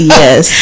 yes